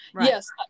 yes